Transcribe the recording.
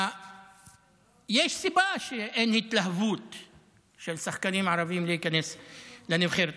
יש סיבה שאין התלהבות של שחקנים ערבים להיכנס לנבחרת.